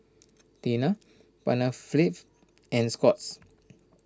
Tena Panaflex and Scott's